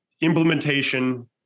implementation